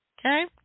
Okay